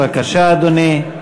בבקשה, אדוני.